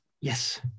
Yes